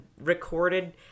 recorded